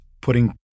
putting